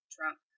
Trump